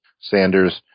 Sanders